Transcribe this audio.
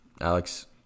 Alex